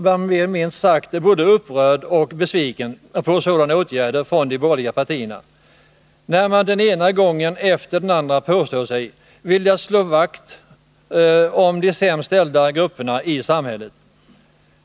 Man blir minst sagt både upprörd och besviken över sådana åtgärder från de borgerliga partierna trots att de den ena gången efter den andra påstår sig vilja slå vakt om de sämst ställda grupperna i samhället.